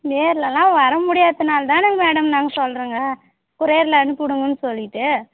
நேர்ல எல்லாம் வர முடியாததுனாலதான மேடம் நாங்கள் சொல்லுறேங்க கொரியரில் அனுப்பி விடுங்கன்னு சொல்லிவிட்டு